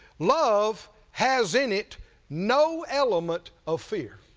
love has in it no element of fear